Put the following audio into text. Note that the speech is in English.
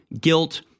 guilt